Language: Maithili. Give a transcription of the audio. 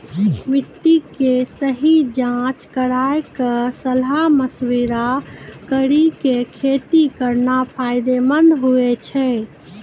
मिट्टी के सही जांच कराय क सलाह मशविरा कारी कॅ खेती करना फायदेमंद होय छै